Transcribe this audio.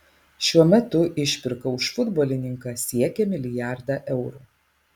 šiuo metu išpirka už futbolininką siekia milijardą eurų